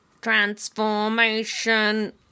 Transformation